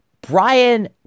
Brian